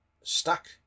stuck